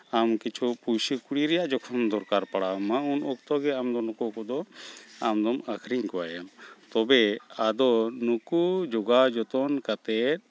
ᱟᱢ ᱠᱤᱪᱷᱩ ᱯᱩᱭᱥᱟᱹ ᱠᱩᱲᱤ ᱨᱮᱭᱟᱜ ᱡᱚᱠᱷᱚᱱ ᱫᱚᱨᱠᱟᱨ ᱯᱟᱲᱟᱣᱟᱢᱟ ᱩᱱ ᱚᱠᱛᱚ ᱜᱮ ᱟᱢ ᱫᱚ ᱱᱩᱠᱩ ᱠᱚᱫᱚ ᱟᱢᱫᱚᱢ ᱟᱹᱠᱷᱨᱤᱧ ᱠᱚᱣᱟᱭᱮᱢ ᱛᱚᱵᱮ ᱟᱫᱚ ᱱᱩᱠᱩ ᱡᱚᱜᱟᱣ ᱡᱚᱛᱚᱱ ᱠᱟᱛᱮᱫ